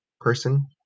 person